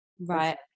Right